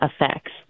effects